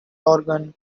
organ